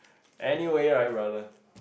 anyway right brother